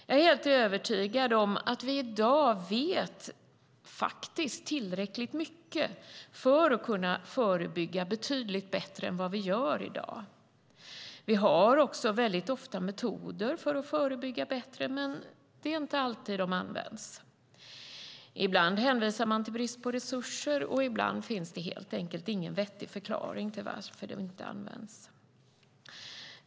Jag är helt övertygad om att vi i dag vet tillräckligt mycket för att kunna förebygga betydligt bättre än vad vi gör i dag. Vi har också väldigt ofta metoder för att förebygga bättre, men de används inte alltid. Ibland hänvisar man till brist på resurser, och ibland finns det helt enkelt ingen vettig förklaring till att de inte används.